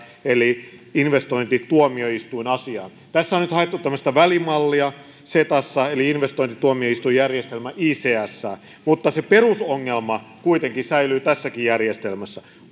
eli investointituomioistuinasiaan tässä cetassa on nyt haettu tämmöistä välimallia eli investointituomioistuinjärjestelmä icsää mutta se perusongelma kuitenkin säilyy tässäkin järjestelmässä